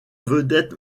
vedette